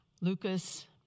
Lucas